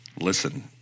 listen